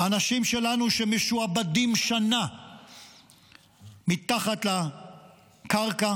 אנשים שלנו שמשועבדים שנה מתחת לקרקע.